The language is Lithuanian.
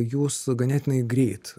jūs ganėtinai greit